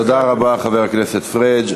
תודה רבה, חבר הכנסת פריג'.